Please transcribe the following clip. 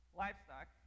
livestock